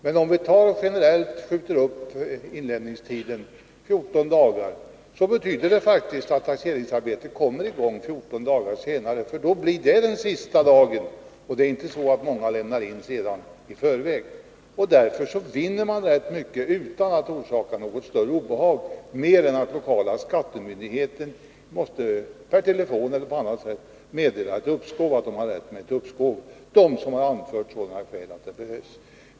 Men om vi generellt uppskjuter inlämningstiden 14 dagar, betyder detta faktiskt att taxeringsarbetet kommer i gång 14 dagar senare. Då blir den tidpunkten den sista dagen, för det är inte så att många lämnar in sina deklarationer i förväg. Man vinner därför rätt mycket på att bibehålla den nuvarande ordningen, och man orsakar inte något större obehag, förutom att den lokala skattemyndigheten per telefon eller på annat sätt måste meddela att uppskov har beviljats dem som har anfört sådana skäl att ett uppskov ansetts motiverat.